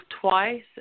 twice